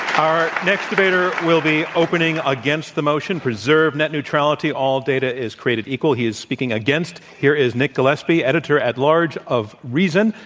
our next debater will be opening against the motion, preserve net neutrality all data is created equal. he is speaking against. here is nick gillespie, editor at large of reason.